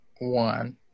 one